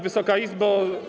Wysoka Izbo!